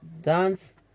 dance